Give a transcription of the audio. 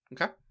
Okay